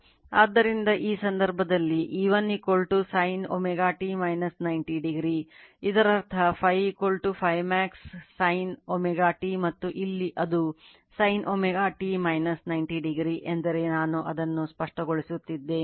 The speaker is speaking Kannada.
ಆದ್ದರಿಂದ ಈ ಸಂದರ್ಭದಲ್ಲಿ E1 sin ω t 90o ಇದರರ್ಥ Φ Φm sin ω t ಮತ್ತು ಇಲ್ಲಿ ಅದುsin ω t 90 o ಎಂದರೆ ನಾನು ಅದನ್ನು ಸ್ಪಷ್ಟಗೊಳಿಸುತ್ತಿದ್ದೇನೆ